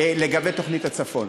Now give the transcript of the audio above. לגבי תוכנית הצפון.